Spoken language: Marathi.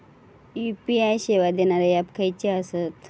यू.पी.आय सेवा देणारे ऍप खयचे आसत?